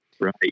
right